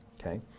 Okay